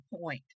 point